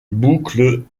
boucles